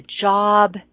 job